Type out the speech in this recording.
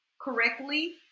correctly